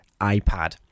ipad